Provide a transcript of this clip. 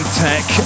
tech